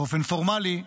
באופן פורמלי,